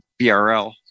BRL